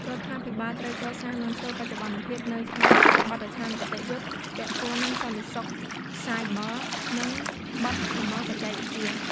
រដ្ឋាភិបាល ត្រូវ កសាង និង ធ្វើបច្ចុប្បន្នភាព នូវ ច្បាប់បទដ្ឋានគតិយុត្ត ពាក់ព័ន្ធនឹង សន្តិសុខសាយប័រ និង បទល្មើសបច្ចេកវិទ្យា។